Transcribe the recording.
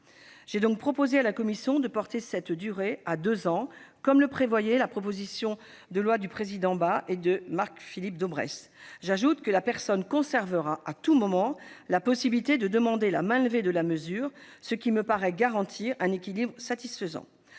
J'ai donc proposé à la commission de porter cette durée à deux ans, comme le prévoyait la proposition de loi de Philippe Bas et de Marc-Philippe Daubresse. J'ajoute que la personne conservera à tout moment la possibilité de demander la mainlevée de la mesure, ce qui me paraît garantir un équilibre satisfaisant.